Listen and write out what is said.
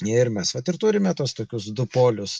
ir mes vat ir turime tuos tokius du polius